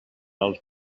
els